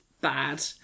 bad